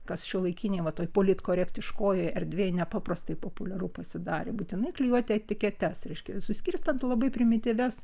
kas šiuolaikinėj va toj politkorektiškojoj erdvėj nepaprastai populiaru pasidarė būtinai klijuoti etiketes reiškia suskirstant labai primityvias